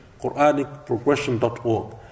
QuranicProgression.org